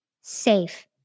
safe